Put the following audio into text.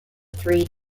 three